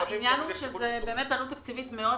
העניין הוא שהעלות התקציבית באמת